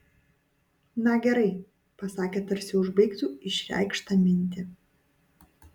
na gerai pasakė tarsi užbaigtų išreikštą mintį